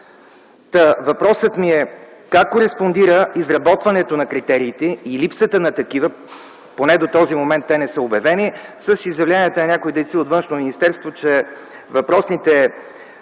професионализъм. Как кореспондира изработването на критериите и липсата на такива, поне до този момент те не са обявени, с изявленията на някои дейци от Външно министерство, че въпросните